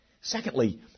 Secondly